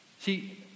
See